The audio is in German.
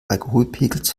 alkoholpegels